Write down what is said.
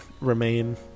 remain